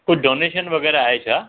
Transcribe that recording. कुझु डोनेशन वग़ैरह आहे छा